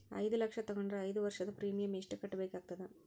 ಐದು ಲಕ್ಷ ತಗೊಂಡರ ಐದು ವರ್ಷದ ಪ್ರೀಮಿಯಂ ಎಷ್ಟು ಕಟ್ಟಬೇಕಾಗತದ?